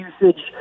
usage